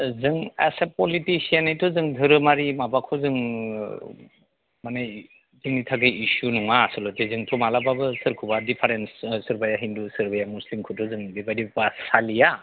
जों as a पलिटिसियानथ' जों धोरोमारि माबाखौ जों माने जोंनि थाखाय इसु नङा आस'ल'थे जोंथ' मालाबाबो सोरखौबा दिफारेन्स सोरबाया हिन्दु सोरबाया मुस्लिमखौथ' जों बेबादि फालिया